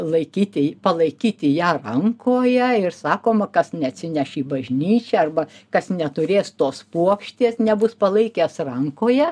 laikyti palaikyti ją rankoje ir sakoma kas neatsineš į bažnyčią arba kas neturės tos puokštės nebus palaikęs rankoje